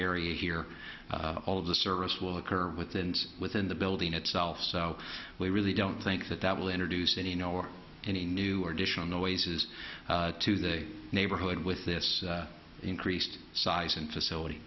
area here all of the service will occur within within the building itself so we really don't think that that will introduce any new or any new or additional noises to the neighborhood with this increased size and facility